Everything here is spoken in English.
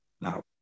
Now